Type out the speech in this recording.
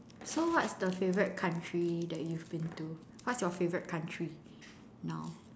so what's the favourite country that you've been to what's your favourite country now